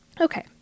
Okay